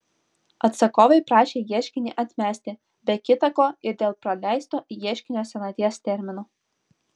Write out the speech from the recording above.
atsakovai prašė ieškinį atmesti be kita ko ir dėl praleisto ieškinio senaties termino